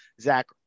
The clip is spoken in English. Zach